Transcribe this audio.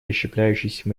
расщепляющийся